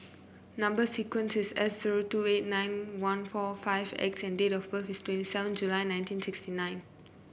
number sequence is S zero two eight nine one four five X and date of birth is twenty seven July nineteen sixty nine